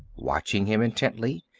watching him intently,